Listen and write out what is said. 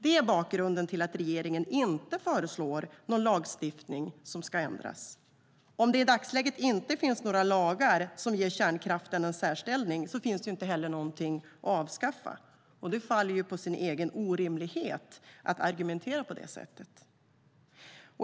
Det är bakgrunden till att regeringen inte föreslår att någon lagstiftning ska ändras. Om det i dagsläget inte finns några lagar som ger kärnkraften en särställning finns det inte heller någonting att avskaffa, och det faller på sin egen orimlighet att argumentera på det sättet.